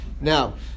Now